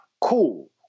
Cool